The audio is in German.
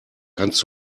kannst